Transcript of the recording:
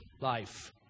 life